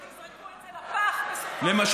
ומי ידע שתזרקו את זה לפח בסופו של דבר?